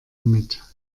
mit